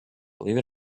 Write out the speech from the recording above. believe